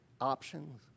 options